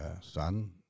son